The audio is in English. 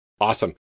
Awesome